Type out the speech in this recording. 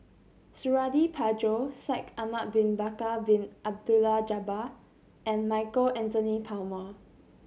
Suradi Parjo Shaikh Ahmad Bin Bakar Bin Abdullah Jabbar and Michael Anthony Palmer